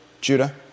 Judah